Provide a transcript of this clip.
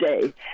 today